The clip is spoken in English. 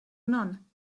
none